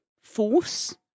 force